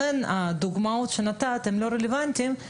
לכן הדוגמאות שנתת הן לא רלוונטיות.